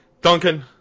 duncan